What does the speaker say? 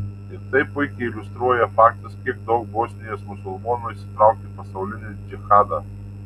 ir tai puikiai iliustruoja faktas kiek daug bosnijos musulmonų įsitraukė į pasaulinį džihadą